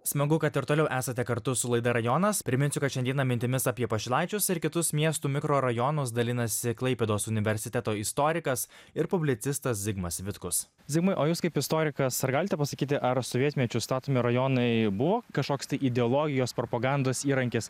smagu kad ir toliau esate kartu su laida rajonas priminsiu šiandieną mintimis apie pašilaičius ir kitus miestų mikrorajonus dalinasi klaipėdos universiteto istorikas ir publicistas zigmas vitkus zigmai o jūs kaip istorikas ar galite pasakyti ar sovietmečiu statomi rajonai buvo kažkoks tai ideologijos propagandos įrankis